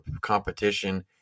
competition